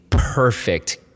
Perfect